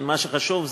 מה שחשוב,